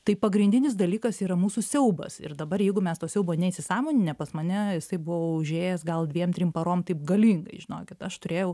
tai pagrindinis dalykas yra mūsų siaubas ir dabar jeigu mes to siaubo neįsisąmoninę pas mane jisai buvo užėjęs gal dviem trim parom taip galingai žinokit aš turėjau